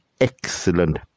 excellent